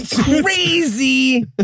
Crazy